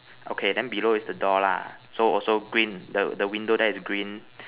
okay then below is the door lah so also green the the window there is green